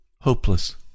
hopeless